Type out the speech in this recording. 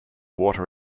water